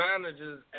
managers